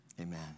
amen